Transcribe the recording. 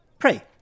Pray